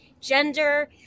gender